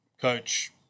coach